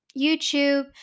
youtube